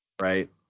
Right